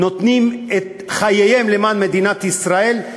נותנים את חייהם למען מדינת ישראל,